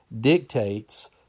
dictates